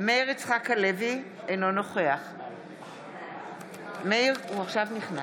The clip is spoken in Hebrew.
מאיר יצחק הלוי, אינו נוכח מאיר כהן,